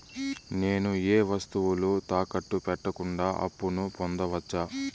నేను ఏ వస్తువులు తాకట్టు పెట్టకుండా అప్పును పొందవచ్చా?